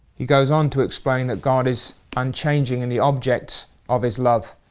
he goes on to explain that god is unchanging in the objects of his love.